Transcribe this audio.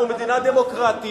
אנחנו מדינה דמוקרטית,